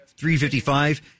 355